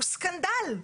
הוא סקנדל.